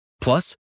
Plus